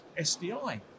SDI